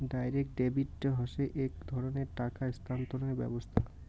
direct debit হসে এক ধরণের টাকা স্থানান্তরের ব্যবস্থা